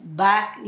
back